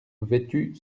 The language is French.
vêtu